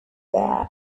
that